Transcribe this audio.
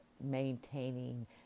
maintaining